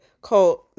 called